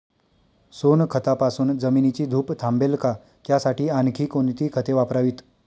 सोनखतापासून जमिनीची धूप थांबेल का? त्यासाठी आणखी कोणती खते वापरावीत?